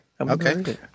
Okay